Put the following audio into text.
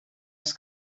els